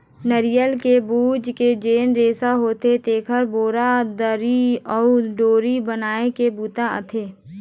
नरियर के बूच के जेन रेसा होथे तेखर बोरा, दरी अउ डोरी बनाए के बूता आथे